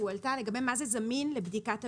שהועלתה, לגבי מה זה זמין לבדיקת המנהל.